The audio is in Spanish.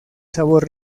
sabor